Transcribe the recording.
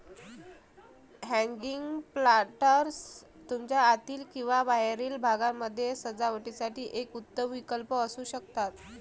hanging planters तुमच्या आतील किंवा बाहेरील भागामध्ये सजावटीसाठी एक उत्तम विकल्प असू शकतात